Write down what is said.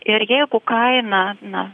ir jeigu kaina